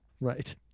Right